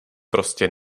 prostě